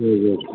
ए हुन्छ